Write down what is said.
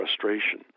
frustration